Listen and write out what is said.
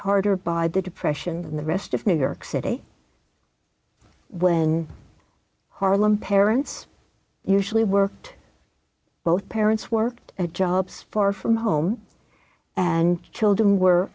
harder by the depression than the rest of new york city when harlem parents usually worked both parents worked at jobs far from home and children were